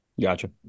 Gotcha